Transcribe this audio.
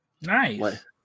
Nice